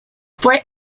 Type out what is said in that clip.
fue